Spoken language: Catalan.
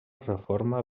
reforma